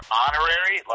honorary